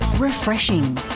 Refreshing